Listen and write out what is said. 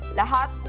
lahat